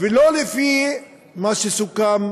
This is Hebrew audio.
ולא לפי מה שסוכם